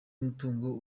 mutungo